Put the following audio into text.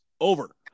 over